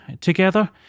together